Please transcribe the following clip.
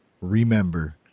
remember